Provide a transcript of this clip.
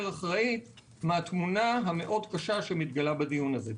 אחראית מהתמונה המאוד קשה שמתגלה בדיון הזה.